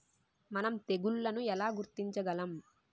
మనం తెగుళ్లను ఎలా గుర్తించగలం?